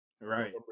Right